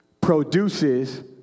produces